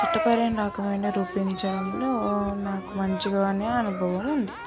చట్టపరమైన డాక్యుమెంట్లని రూపొందించడంలో నాకు మంచిగానే అనుభవం ఉంది